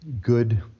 good